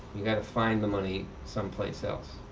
we have to find the money someplace else.